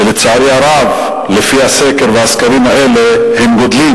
שלצערי הרב, לפי הסקר הזה, מספרם גדל.